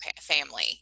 family